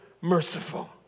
merciful